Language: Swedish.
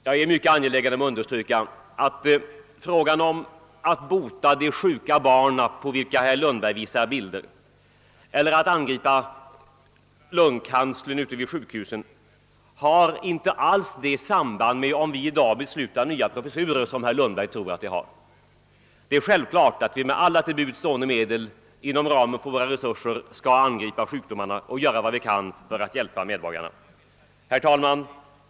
Jag är mycket angelägen att understryka att möjligheterna att bota de sjuka barn, på vilka herr Lundberg visade bilder, eller att få bukt med lungcancer inte alls har det samband med att vi i dag fattar beslut om nya professurer som herr Lundberg tror. Det är självklart att vi med alla till buds stående medel inom ramen för våra resurser skall angripa sjukdomarna och göra vad vi kan för att hjälpa medborgarna. Herr talman!